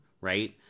right